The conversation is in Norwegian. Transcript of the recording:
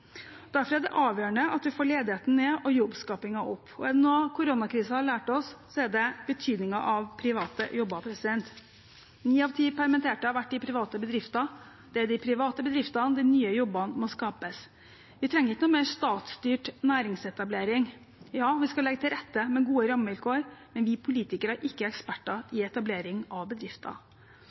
Derfor er det avgjørende at vi får ledigheten ned og jobbskapingen opp. Og er det noe koronakrisen har lært oss, er det betydningen av private jobber. Ni av ti permitterte har vært i private bedrifter. Det er i de private bedriftene de nye jobbene må skapes. Vi trenger ikke noe mer statsstyrt næringsetablering. Ja, vi skal legge til rette med gode rammevilkår, men vi politikere er ikke eksperter på etablering av bedrifter.